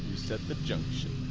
the junction